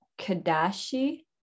Kadashi